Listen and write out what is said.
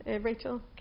Rachel